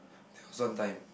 sometime